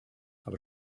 aber